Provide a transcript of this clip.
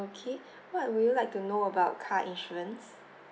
okay what would you like to know about car insurance